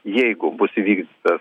jeigu bus įvykdytas